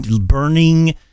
burning